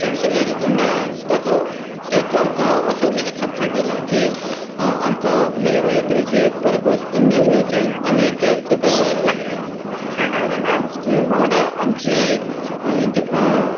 friendship जाली तेन्ना ताचो ताचो आमकां असो लेगीत फायदो जाला की आमकां वेगवेगळ्या तरेचे परत परत नीव नीव फ्रेंड्स आमी तयार करपाक लागले खेळटाले तेन्ना आमचे वांगडा आमची